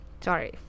sorry